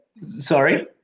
Sorry